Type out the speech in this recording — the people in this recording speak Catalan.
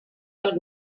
del